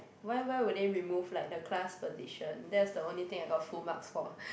why why would they remove like the class position that's the only thing I got full marks for